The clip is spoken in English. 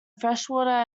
freshwater